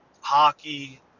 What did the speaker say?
hockey